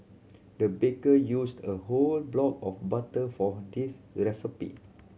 the baker used a whole block of butter for this